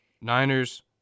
Niners